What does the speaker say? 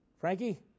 Frankie